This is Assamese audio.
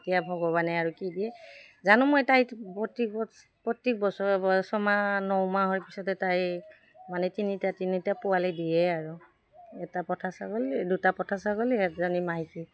এতিয়া ভগৱানে আৰু কি দিয়ে জানো মই তাইত প্ৰতেক ব প্ৰত্যেক বছৰ ছমাহ ন মাহৰ পিছতে তাই মানে তিনিটা তিনিটা পোৱালি দিয়ে আৰু এটা পঠা ছাগলী দুটা পঠা ছাগলী এজনী মাইকী